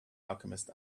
alchemist